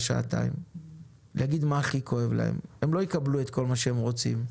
הם לא יקבלו את כל מה שהם רוצים.